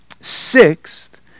Sixth